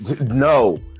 no